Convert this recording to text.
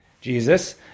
Jesus